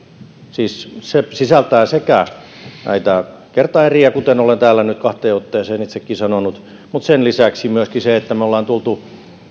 siis se sisältää sekä näitä kertaeriä kuten olen täällä nyt kahteen otteeseen itsekin sanonut että sen lisäksi myöskin sen että me olemme tulleet